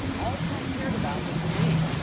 all trump cared about was the name.